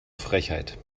frechheit